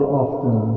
often